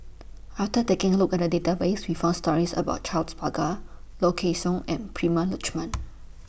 after taking A Look At The Database We found stories about Charles Paglar Low Kway Song and Prema Letchumanan